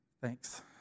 Thanks